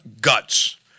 guts